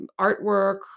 artwork